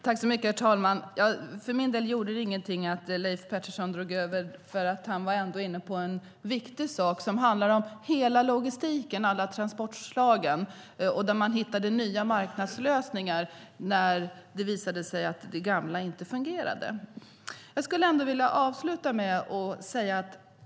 Herr talman! För min del gjorde det ingenting att Leif Pettersson drog över talartiden. Han var ändå inne på en viktig sak. Det handlar om hela logistiken för alla transportslagen. Där hittade man nya marknadslösningar när det visade sig att det gamla inte fungerade. Jag vill avsluta med följande.